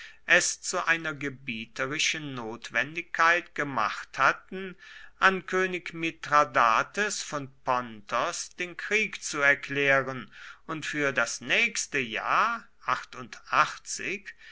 es zu einer gebieterischen notwendigkeit gemacht hatten an könig mithradates von pontos den krieg zu erklären und für das nächste jahr